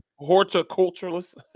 horticulturalist